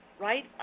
right